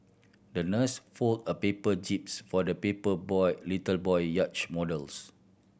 the nurse folded a paper jibs for the people boy little boy yachts models